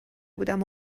بودم